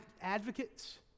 advocates